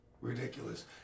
ridiculous